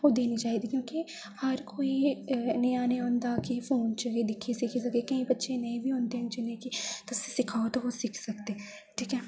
ओह् देनी चाहिदी क्योंकि हर कोई नेआं निं होंदा कि फोन च गै दिक्खी सिक्खी सकै केईं बच्चे नेह् बी होंदे न कि जि'नें गी तुस सिखाओ ते सिक्खी सकदे ठीक ऐ